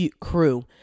Crew